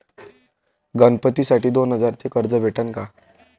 गणपतीसाठी दोन हजाराचे कर्ज भेटन का?